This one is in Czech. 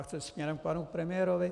Chci směrem k panu premiérovi.